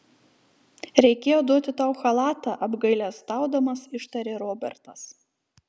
reikėjo duoti tau chalatą apgailestaudamas ištarė robertas